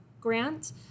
Grant